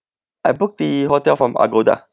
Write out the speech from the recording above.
I booked the hotel from Agoda